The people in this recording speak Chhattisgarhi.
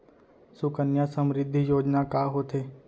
सुकन्या समृद्धि योजना का होथे